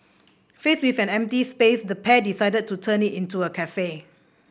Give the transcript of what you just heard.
faced with an empty space the pair decided to turn it into a cafe